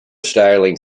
styling